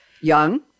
young